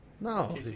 No